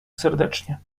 serdecznie